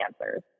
answers